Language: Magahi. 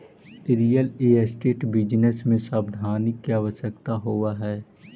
रियल एस्टेट बिजनेस में सावधानी के आवश्यकता होवऽ हई